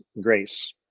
grace